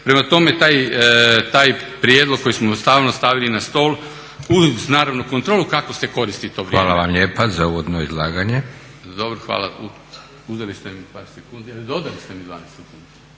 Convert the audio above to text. Prema tome, taj prijedlog koji smo vam stalno stavili na stol uz naravno kontrolu kako se koristi to vrijeme. **Leko, Josip (SDP)** Hvala vam lijepa za uvodno izlaganje. **Hrvatin, Branko** Dobro, hvala. Uzeli ste mi par sekundi, ali dodali ste mi 12 sekundi.